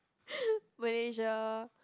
Malaysia